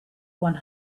one